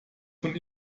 von